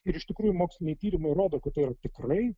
ir iš tikrųjų moksliniai tyrimai rodo kad tai yra tikrai